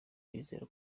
bizera